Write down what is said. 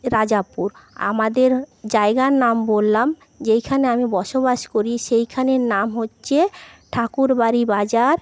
রাজাপুর আমাদের জায়গার নাম বললাম যেইখানে আমি বসবাস করি সেইখানের নাম হচ্ছে ঠাকুরবাড়ি বাজার